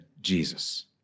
Jesus